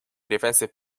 defensive